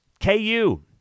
KU